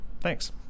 Thanks